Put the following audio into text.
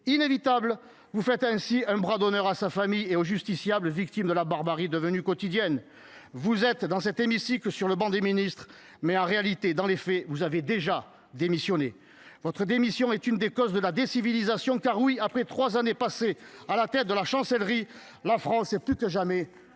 inévitable. Vous faites ainsi un bras d'honneur à sa famille et aux justiciables, victimes de la barbarie devenue quotidienne. Vous siégez dans cet hémicycle sur le banc des ministres, mais, dans les faits, vous avez déjà démissionné. Votre démission est l'une des causes de la « décivilisation », car oui, après les trois années que vous avez passées à la tête de la Chancellerie, la France est plus que jamais